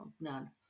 none